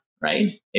Right